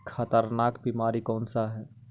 खतरनाक बीमारी कौन सा है?